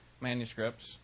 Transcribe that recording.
manuscripts